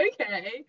okay